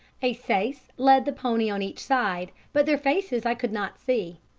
a syce led the pony on each side, but their faces i could not see,